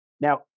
Now